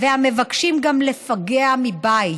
והמבקשים גם לפגע מבית.